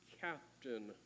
captain